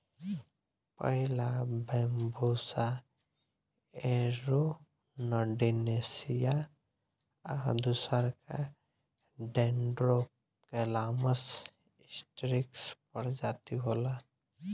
पहिला Bambusa arundinacea आ दूसरका डेन्ड्रोकैलामस स्ट्रीक्ट्स प्रजाति होला